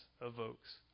evokes